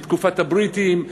מתקופת הבריטים,